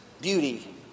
beauty